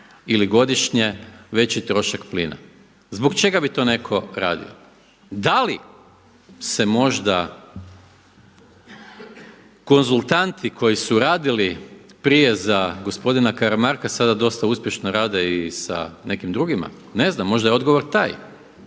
ili godišnje veći trošak plina. Zbog čega bi to netko radio? Da li se možda konzultanti koji su radili prije za gospodina Karamarka sada dosta uspješno rade i sa nekim drugima, ne znam, možda je odgovor taj.